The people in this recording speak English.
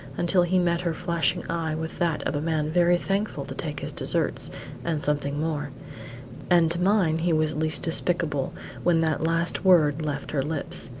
until he met her flashing eye with that of a man very thankful to take his deserts and something more and to mine he was least despicable when that last word left her lips.